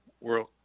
World